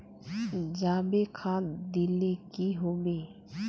जाबे खाद दिले की होबे?